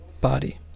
body